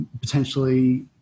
potentially